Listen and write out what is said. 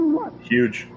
huge